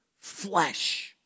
flesh